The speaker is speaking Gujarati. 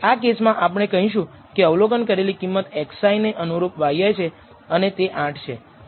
આ ખાસ કેસમાં આપણે કહીશું કે અવલોકન કરેલી કિંમત xi ને અનુરૂપ yi છે અને તે 8 છે